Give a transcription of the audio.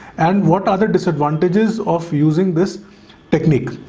and what other disadvantages of using this technique?